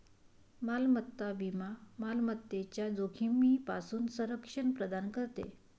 मालमत्ता विमा मालमत्तेच्या जोखमीपासून संरक्षण प्रदान करते